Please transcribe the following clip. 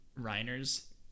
Reiner's